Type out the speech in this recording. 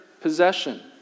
possession